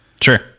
Sure